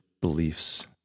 beliefs